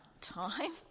time